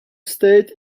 stayed